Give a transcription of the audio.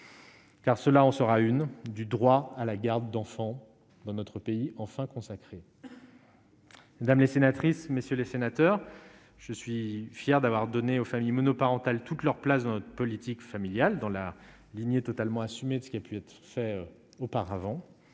Car cela on sera une du droit à la garde d'enfants, dans notre pays, enfin consacré dames les sénatrices, messieurs les sénateurs, je suis fier d'avoir donné aux familles monoparentales toute leur place dans notre politique familiale, dans la lignée totalement assumé de ce qui a pu faire auparavant,